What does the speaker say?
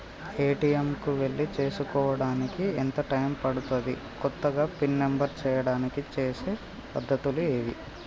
ATM కు వెళ్లి చేసుకోవడానికి ఎంత టైం పడుతది? కొత్తగా పిన్ నంబర్ చేయడానికి చేసే పద్ధతులు ఏవి?